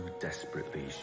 desperately